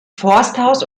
forsthaus